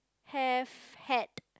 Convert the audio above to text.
have had